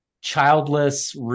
childless